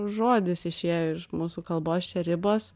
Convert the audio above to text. žodis išėjo iš mūsų kalbos čia ribos